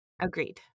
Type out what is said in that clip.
agreed